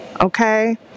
Okay